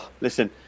Listen